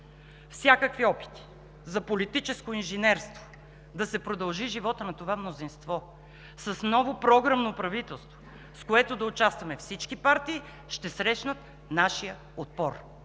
Всякакви опити за политическо инженерство – да се продължи животът на това мнозинство с ново програмно правителство, в което да участваме всички партии, ще срещнат нашия отпор,